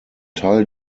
teil